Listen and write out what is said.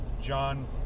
John